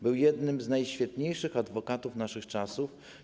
Był jednym z najświetniejszych adwokatów naszych czasów.